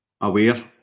aware